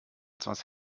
etwas